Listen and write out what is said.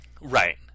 Right